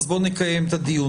אז בואו נקיים את הדיון.